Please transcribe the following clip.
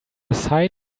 site